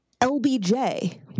LBJ